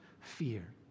fear